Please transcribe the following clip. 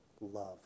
Love